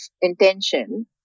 intention